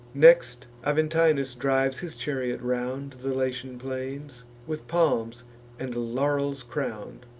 next aventinus drives his chariot round the latian plains, with palms and laurels crown'd.